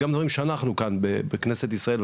גם דברים שאנחנו כאם בכנסת ישראל,